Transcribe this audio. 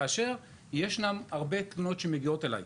כאשר ישנן הרבה תלונות שמגיעות אליי,